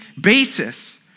basis